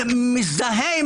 מזדהה עם